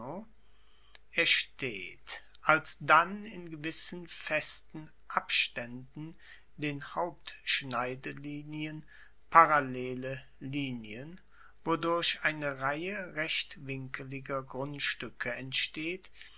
er steht alsdann in gewissen festen abstaenden den hauptschneidelinien parallele linien wodurch eine reihe rechtwinkeliger grundstuecke entsteht